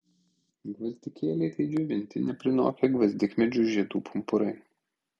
gvazdikėliai tai džiovinti neprinokę gvazdikmedžių žiedų pumpurai